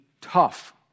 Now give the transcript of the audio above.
tough